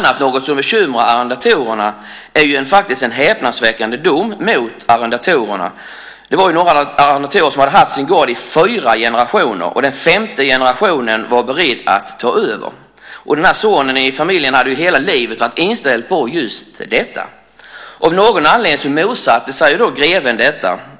Något som bekymrar arrendatorerna är en häpnadsväckande dom mot dem. Det var några arrendatorer som hade haft sin gård i fyra generationer, och den femte generationen var beredd att ta över. Sonen i familjen hade hela livet varit inställd på just detta. Av någon anledning motsatte sig greven detta.